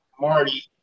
Marty